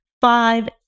five